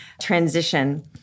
transition